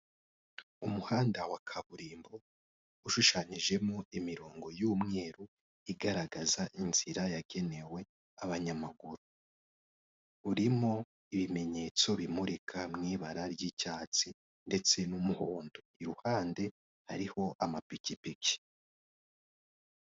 Umuhanda wa kaburimbo ushushanyijemo imirongo y'umweru igaragaza inzira yagenewe abanyamaguru, urimo ibimenyetso bimurika mu ibara ry'icyatsi ndetse n'umuhondo, iruhande hariho amapikipiki.